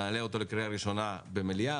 נעלה אותו לקריאה ראשונה במליאה,